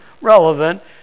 Relevant